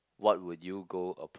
what would you go